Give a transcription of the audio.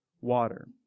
water